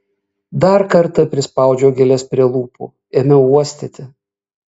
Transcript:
dar kartą prispaudžiau gėles prie lūpų ėmiau uostyti